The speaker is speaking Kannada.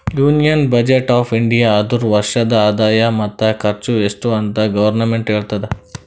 ಯೂನಿಯನ್ ಬಜೆಟ್ ಆಫ್ ಇಂಡಿಯಾ ಅಂದುರ್ ವರ್ಷದ ಆದಾಯ ಮತ್ತ ಖರ್ಚು ಎಸ್ಟ್ ಅಂತ್ ಗೌರ್ಮೆಂಟ್ ಹೇಳ್ತುದ